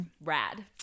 Rad